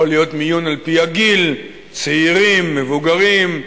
יכול להיות מיון על-פי הגיל, צעירים, מבוגרים,